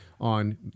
on